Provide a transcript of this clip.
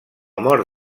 mort